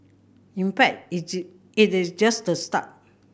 in fact it is just the start